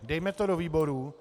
Dejme to do výboru.